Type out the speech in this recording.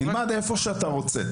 תלמד איפה שאתה רוצה,